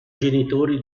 genitori